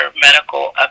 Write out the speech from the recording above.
medical